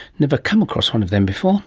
never come across one of them before